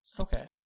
Okay